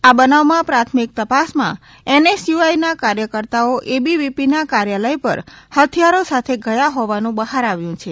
આ બનાવમાં પ્રાથમિક તપાસમાં એનએસયૂઆઇના કાર્યકર્તાઓ એબીવીપીના કાર્યલય પર હથિયારો સાથે ગયા હોવાનું બહાર આવ્યું છે